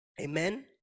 Amen